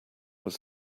was